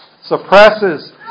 suppresses